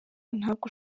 ntabwo